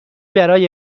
برای